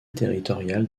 territoriale